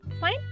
Fine